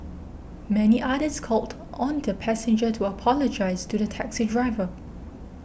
many others called on the passenger to apologise to the taxi driver